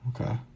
Okay